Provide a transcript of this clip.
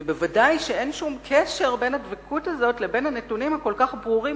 וודאי שאין שום קשר בין הדבקות הזאת לבין הנתונים הכל-כך ברורים,